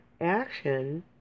action